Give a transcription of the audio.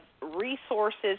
resources